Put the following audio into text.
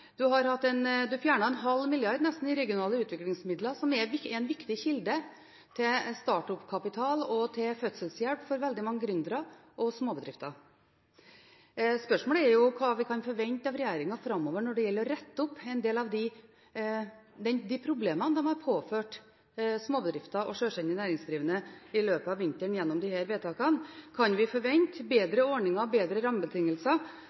en halv milliard kroner i regionale utviklingsmidler, som er en viktig kilde til oppstartkapital og fødselshjelp for veldig mange gründere og småbedrifter. Spørsmålet er hva vi kan forvente fra regjeringen framover når det gjelder å rette opp en del av de problemene de i løpet av vinteren har påført småbedrifter og sjølstendig næringsdrivende gjennom disse vedtakene. Kan vi forvente bedre ordninger og bedre rammebetingelser